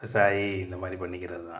விவசாயி இந்த மாதிரி பண்ணிக்கறது தான்